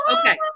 Okay